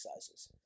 sizes